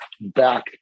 back